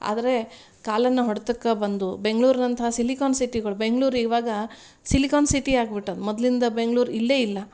ಆದರೆ ಕಾಲನ ಹೊಡೆತಕ್ಕೆ ಬಂದು ಬೆಂಗ್ಳೂರಿನಂತಹ ಸಿಲಿಕಾನ್ ಸಿಟಿಗಳು ಬೆಂಗ್ಳೂರು ಇವಾಗ ಸಿಲಿಕಾನ್ ಸಿಟಿ ಆಗಿಬಿಟ್ಟದ್ ಮೊದ್ಲಿಂದು ಬೆಂಗ್ಳೂರು ಇಲ್ಲೇ ಇಲ್ಲ